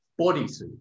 bodysuit